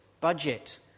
Budget